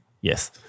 yes